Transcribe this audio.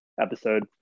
episode